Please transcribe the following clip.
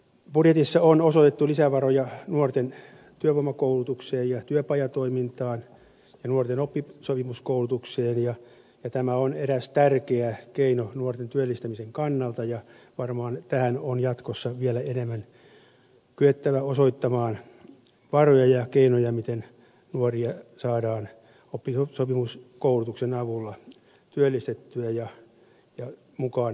budjetissa on osoitettu lisävaroja nuorten työvoimakoulutukseen ja työpajatoimintaan ja nuorten oppisopimuskoulutukseen ja tämä on eräs tärkeä keino nuorten työllistämisen kannalta ja varmaan tähän on jatkossa vielä enemmän kyettävä osoittamaan varoja ja keinoja miten nuoria saadaan oppisopimuskoulutuksen avulla työllistettyä ja mukaan työelämään